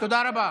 תודה רבה.